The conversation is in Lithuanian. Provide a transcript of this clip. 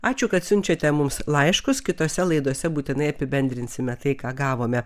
ačiū kad siunčiate mums laiškus kitose laidose būtinai apibendrinsime tai ką gavome